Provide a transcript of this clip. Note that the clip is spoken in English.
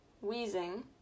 wheezing